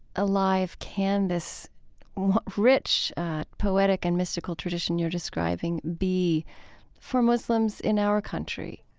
alive can this rich poetic and mystical tradition you're describing be for muslims in our country?